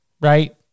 Right